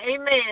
Amen